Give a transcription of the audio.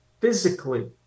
physically